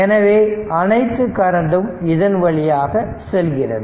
எனவே அனைத்து கரண்டும் இதன் வழியாக செல்கிறது